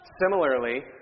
Similarly